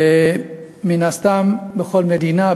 ומן הסתם בכל מדינה,